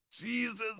Jesus